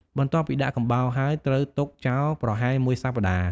បន្ទាប់ពីដាក់កំបោរហើយ ត្រូវទុកចោលប្រហែលមួយសប្តាហ៍។